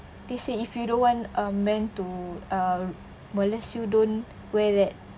they say if you don't want a man to uh molest you don't wear that